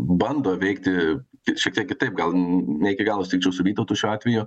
bando veikti tik šiek tiek kitaip gal ne iki galo sutikčiau su vytautu šiuo atveju